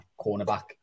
cornerback